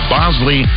Bosley